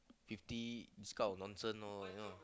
fifty it's kind of nonsense lor you know